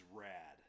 rad